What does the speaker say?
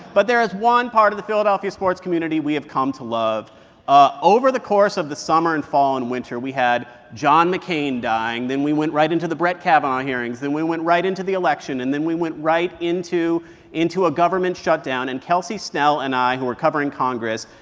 but there is one part of the philadelphia sports community we have come to love ah over the course of the summer and fall and winter, we had john mccain dying. then we went right into the brett kavanaugh hearings. then we went right into the election. and then we went right into into a government shutdown. and kelsey snell and i, who were covering congress,